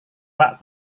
pak